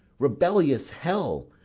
rebellious hell,